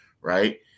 right